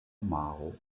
maro